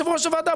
יושב-ראש הוועדה,